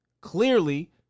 clearly